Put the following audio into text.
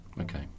Okay